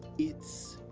it's